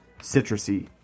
citrusy